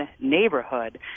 neighborhood